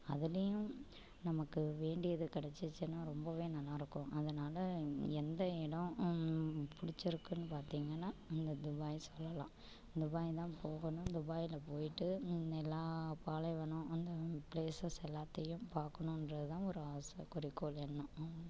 அதுலையும் நமக்கு வேண்டியது கிடைச்சிச்சின்னா ரொம்பவே நல்லாருக்கும் அதனால் எந்த இடம் பிடிச்சிருக்குனு பார்த்திங்கன்னா அந்த துபாய் சொல்லலாம் துபாய் தான் போகணும் துபாயில் போயிவிட்டு எல்லா பாலைவனம் அந்த பிளேசஸ் எல்லாத்தையும் பார்க்கணுன்றது தான் ஒரு ஆசை குறிக்கோள் எண்ணம்